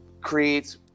creates